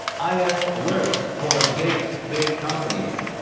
i have worked for the big, big companies.